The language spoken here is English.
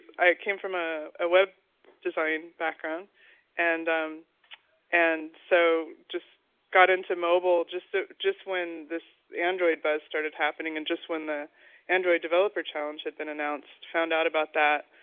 i came from a ah web designing background and um and so just got into mobile just ah just when this android buzz started happening. and just when the android developer challenge had been announced, i found out about that.